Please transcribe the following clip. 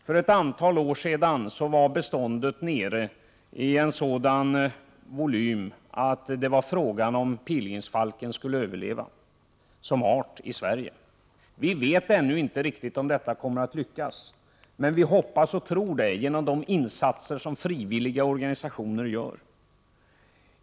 För ett antal år sedan var beståndet nere i en sådan volym att det var fråga om pilgrimsfalken skulle överleva som art i Sverige. Vi vet ännu inte riktigt om försöket att rädda pilgrimsfalken kommer att lyckas, men vi hoppas och tror att det skall lyckas genom de insatser som frivilliga organisationer gör.